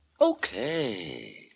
Okay